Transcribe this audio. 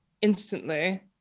instantly